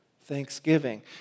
thanksgiving